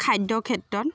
খাদ্যৰ ক্ষেত্ৰত